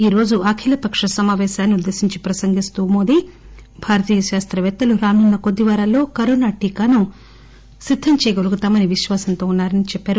ఈరోజు అఖిలపక్ష సమాపేశాన్ని ఉద్దేశించి ప్రసంగిస్తూ మోదీ భారతీయ శాస్తవేత్తలు రానున్న కొద్ది వారాల్లో కరోనా టీకాను సత్యం చేయగలుగుతామని విశ్వాసంతో ఉన్నారని చెప్పారు